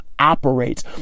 operates